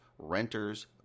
renters